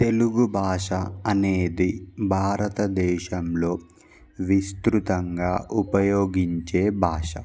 తెలుగు భాష అనేది భారతదేశంలో విస్తృతంగా ఉపయోగించే భాష